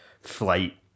flight